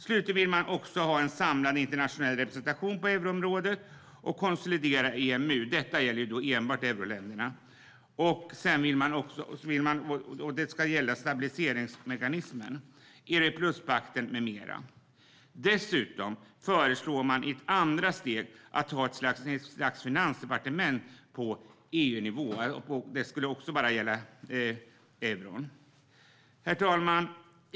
Slutligen vill man också ha en samlad internationell representation från euroområdet och konsolidera EMU. Stabilitetsmekanismen, europluspakten med mera gäller enbart euroländerna. Dessutom föreslår man i ett andra steg ett slags finansdepartement på EU-nivå som också skulle gälla bara för euroländerna. Herr talman!